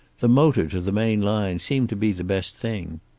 the motor to the main line seemed to be the best thing.